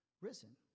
risen